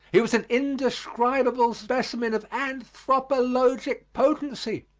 he was an indescribable specimen of anthropologic potency.